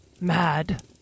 mad